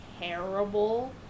terrible